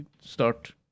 start